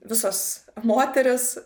visos moterys